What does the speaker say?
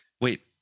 Wait